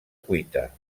cuita